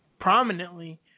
prominently